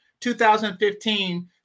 2015